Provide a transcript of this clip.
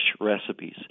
recipes